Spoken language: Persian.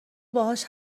باهاش